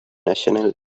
national